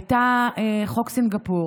הייתה חוק סינגפור.